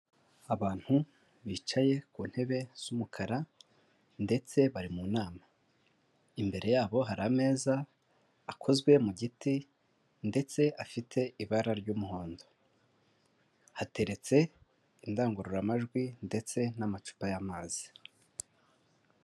Abantu bicaye ku ntebe z'umukara ndetse bari mu nama, imbere yabo hari ameza akozwe mu giti ndetse afite ibara ry'umuhondo, hateretse indangururamajwi ndetse n'amacupa y'amazi.